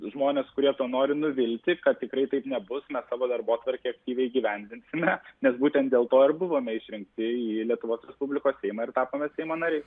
žmones kurie to nori nuvilti kad tikrai taip nebus mes savo darbotvarkę aktyviai įgyvendinsime nes būtent dėl to ir buvome išrinkti į lietuvos respublikos seimą ir tapome seimo nariais